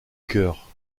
cœur